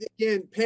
again